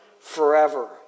forever